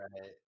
Right